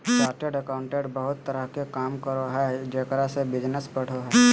chartered accountant बहुत तरह के काम करो हइ जेकरा से बिजनस बढ़ो हइ